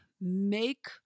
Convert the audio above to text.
make